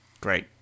Great